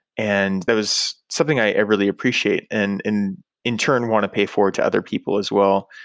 and that was something i really appreciate and in in turn want to pay forward to other people as well.